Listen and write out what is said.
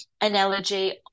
analogy